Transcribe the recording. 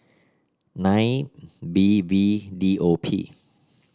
nine B V D O P